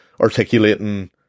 articulating